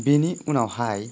बेनि उनावहाय